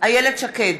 איילת שקד,